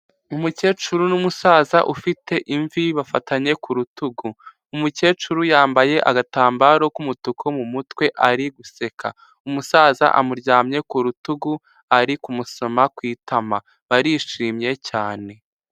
Umukecuru n'umusaza ufite imvi bafatanye ku rutugu, umukecuru yambaye agatambaro k'umutuku mu mutwe ari guseka, umusaza amuryamye ku rutugu ari kumusoma ku itama, barishimye cyane.